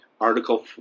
Article